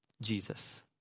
Jesus